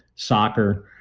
soccer.